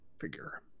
figure